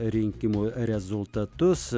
rinkimų rezultatus